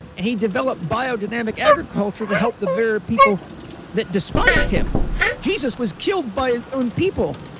and he developed biodynamics agriculture to help the very people that despised him jesus was killed by his own people,